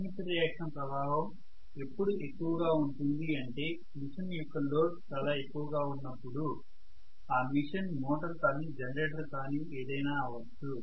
armature reaction ప్రభావం ఎప్పుడు ఎక్కువగా ఉంటుంది అంటే మెషిన్ యొక్క లోడ్ చాలా ఎక్కువగా ఉన్నపుడు ఆ మెషిన్ మోటార్ కానీ జనరేటర్ కానీ ఏదైనా అవచ్చు